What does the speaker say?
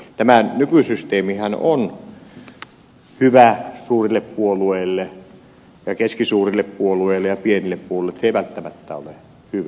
tämä nykysysteemihän on hyvä suurille puolueille ja keskisuurille puolueille ja pienille puolueille ei välttämättä ole hyvä